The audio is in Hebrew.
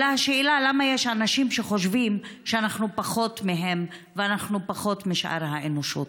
אלא: למה יש אנשים שחושבים שאנחנו פחות מהם ואנחנו פחות משאר האנושות?